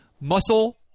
muscle